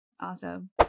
Awesome